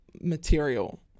material